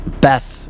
Beth